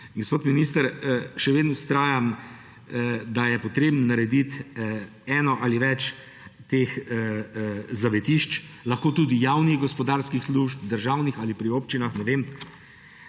Gospod minister, še vedno vztrajam, da je potrebno narediti eno ali več teh zavetišč, lahko tudi javnih gospodarskih služb, državnih ali pri občinah, ne vem,